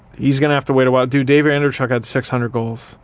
he's gonna have to wait a while. dude, david andreychuk had six hundred goals,